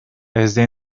desde